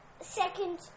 second